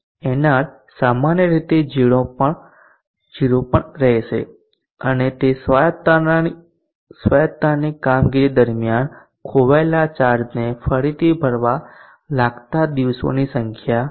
Nr સામાન્ય રીતે 0 પણ રહેશે અને તે સ્વાયત્તતાની કામગીરી દરમિયાન ખોવાયેલા ચાર્જને ફરીથી ભરવા લાગતા દિવસોની સંખ્યા છે